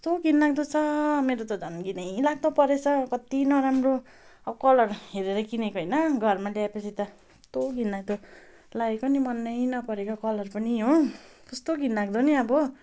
कस्तो घिनलाग्दो छ मेरो त झन् घिनै लाग्दो परेछ कति नराम्रो अब कलर हेरेर किनेको होइन घरमा ल्याएपछि त कस्तो घिनलाग्दो लागेको नि मनै नपरेको कलर पनि हो कस्तो घिनलाग्दो नि अब